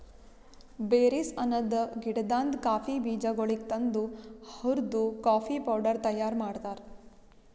berries ಅನದ್ ಗಿಡದಾಂದ್ coffee ಬೀಜಗೊಳಿಗ್ ತಂದು ಹುರ್ದು ಕಾಫಿ ಪೌಡರ್ ತೈಯಾರ್ ಮಾಡ್ತಾರ್